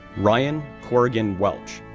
ryan corrigan welch,